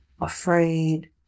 afraid